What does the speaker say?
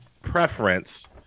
preference